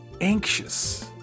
anxious